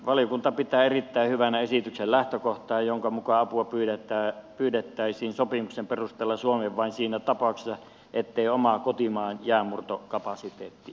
valiokunta pitää erittäin hyvänä esityksen lähtökohtaa jonka mukaan apua pyydettäisiin sopimuksen perusteella suomeen vain siinä tapauksessa ettei oma kotimaan jäänmurtokapasiteetti riitä